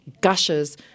gushes